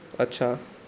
अच्छा